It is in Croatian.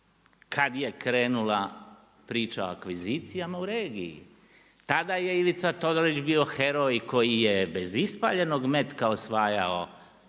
kada je krenula priča o akvizicijama u regiji tada je Ivica Todorić bio heroj koji je bez ispaljenog metka osvajao